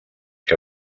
que